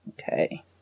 Okay